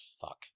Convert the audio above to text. fuck